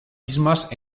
mismas